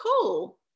cool